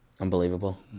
Unbelievable